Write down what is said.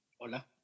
Hola